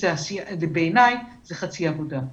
בעיניי זו חצי עבודה.